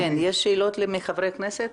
יש שאלות לחברי הכנסת?